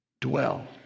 Dwell